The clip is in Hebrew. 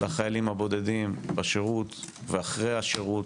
לחיילים הבודדים בשירות ואחרי השירות,